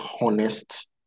honest